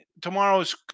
tomorrow's